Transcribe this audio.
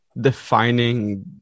defining